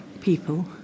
people